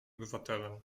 obywatelem